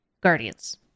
Guardians